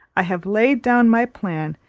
i have laid down my plan,